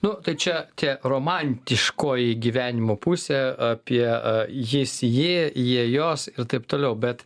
nu tai čia tie romantiškoji gyvenimo pusė apie jis ji jie jos ir taip toliau bet